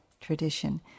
tradition